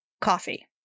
coffee